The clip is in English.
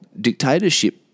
Dictatorship